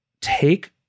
take